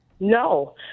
No